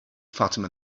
fatima